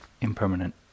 impermanent